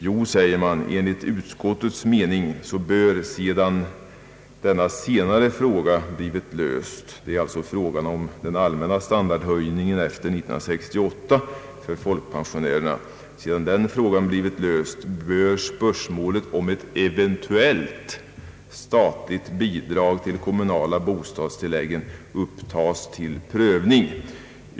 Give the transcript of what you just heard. Jo, säger folkpartiet, sedan frågan om folkpensionärernas allmänna standardhöjning efter 1968 blivit löst bör »spörsmålet om ett eventuellt statligt bidrag till de kommunala bostadstilläggen upptas till prövning.